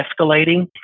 escalating